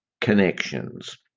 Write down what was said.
connections